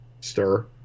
stir